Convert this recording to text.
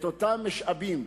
את אותם משאבים,